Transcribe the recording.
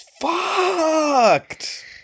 fucked